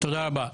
תודה רבה.